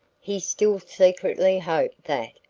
he still secretly hoped that,